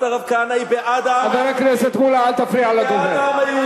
כהנא היא בעד, חבר הכנסת מולה, אל תפריע לדובר.